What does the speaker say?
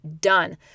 Done